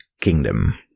kingdom